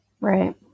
Right